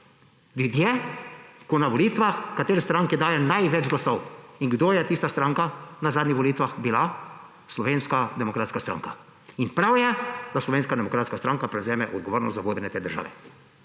Ljudje, ko na volitvah določeni stranki daje največ glasov. In katera stranka je to na zadnjih volitvah bila? Slovenska demokratska stranka. In prav je, da Slovenska demokratska stranka prevzame odgovornost za vodenje te države.